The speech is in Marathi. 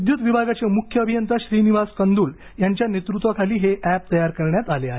विद्युत विभागाचे मुख्य अभियंता श्रीनिवास कंदुल यांच्या नेतृत्वाखाली हे अॅप तयार करण्यात आले आहे